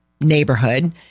neighborhood